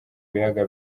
biyaga